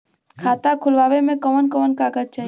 खाता खोलवावे में कवन कवन कागज चाही?